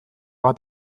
bat